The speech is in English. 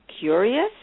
Curious